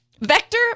Vector